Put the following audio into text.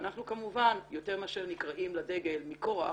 ואנחנו כמובן יותר מאשר נקראים לדגל מכורח,